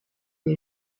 est